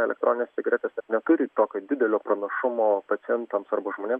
elektroninės cigaretės neturi tokio didelio pranašumo pacientams arba žmonėm